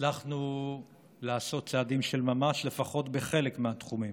הצלחנו לעשות צעדים של ממש, לפחות בחלק מהתחומים.